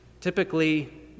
typically